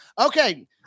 Okay